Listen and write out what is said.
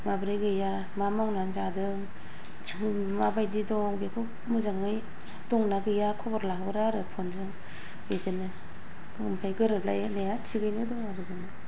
माबोरै गैया मा मावनानै जादों माबायदि दं बेखौ मोजाङै दंना गैया खबर लाहरो आरो फन जों बिदिनो ओमफ्राय गोरोबलायनाय थिगैनो दं आरो जोंना